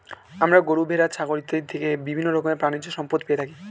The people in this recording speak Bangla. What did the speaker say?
আমরা গরু, ভেড়া, ছাগল ইত্যাদি থেকে বিভিন্ন রকমের প্রাণীজ সম্পদ পেয়ে থাকি